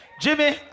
Jimmy